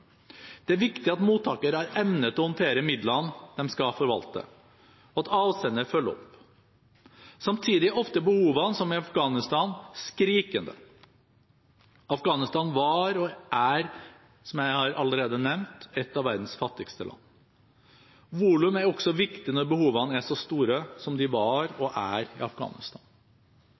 Det er viktig at mottaker har evne til å håndtere midlene de skal forvalte, og at avsender følger opp. Samtidig er ofte behovene, som i Afghanistan, skrikende. Afghanistan var og er, som jeg allerede har nevnt, et av verdens fattigste land. Volum er også viktig når behovene er så store som de var og er i Afghanistan.